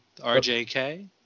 RJK